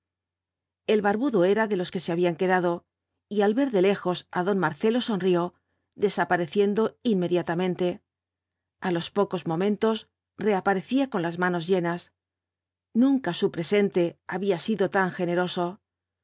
el barbudo era de los que se habían quedado y al ver de lejos á don marcelo sonrió desapareciendo inmediatamente a los pocos momentos reaparecía con las manos llenas nunca su presente había sido tan generoso